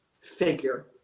figure